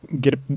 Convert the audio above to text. get